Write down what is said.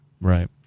right